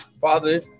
Father